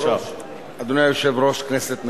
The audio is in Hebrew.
אדוני היושב-ראש, כנסת נכבדה,